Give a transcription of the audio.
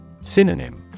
Synonym